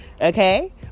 okay